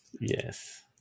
yes